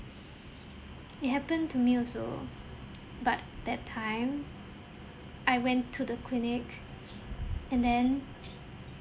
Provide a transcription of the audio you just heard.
it happened to me also but that time I went to the clinic and then